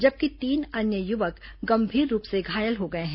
जबकि तीन अन्य युवक गंभीर रूप से घायल हो गए हैं